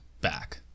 back